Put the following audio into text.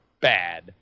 bad